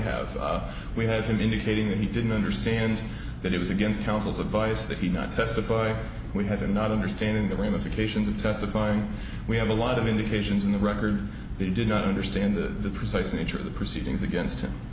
have he has been indicating that he didn't understand that it was against counsel's advice that he not testify we have been not understanding the ramifications of testifying we have a lot of indications in the record he did not understand the precise nature of the proceedings against him